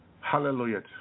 hallelujah